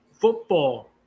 football